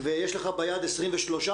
ויש לך 23 מיליארד.